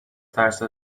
ترس